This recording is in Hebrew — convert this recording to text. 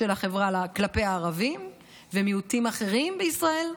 של החברה כלפי הערבים ומיעוטים אחרים בישראל,